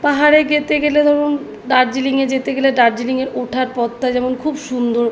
পাহাড়ে গেতে গেলে ধরুন দার্জিলিংয়ে যেতে গেলে দার্জিলিংয়ের ওঠার পথটা যেমন খুব সুন্দর